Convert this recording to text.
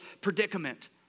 predicament